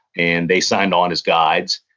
and they signed on as guides.